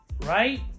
Right